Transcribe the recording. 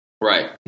Right